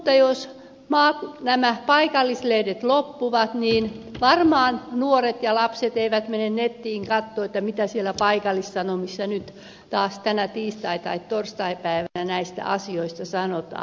mutta jos nämä paikallislehdet loppuvat niin varmaan nuoret ja lapset eivät mene nettiin katsomaan mitä siellä paikallissanomissa nyt taas tänä tiistai tai torstaipäivänä näistä asioista sanotaan